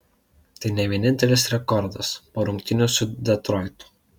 tai ne vienintelis rekordas po rungtynių su detroitu